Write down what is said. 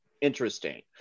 interesting